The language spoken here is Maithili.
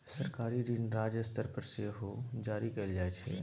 सरकारी ऋण राज्य स्तर पर सेहो जारी कएल जाइ छै